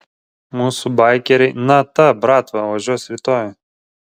mūsų baikeriai na ta bratva važiuos rytoj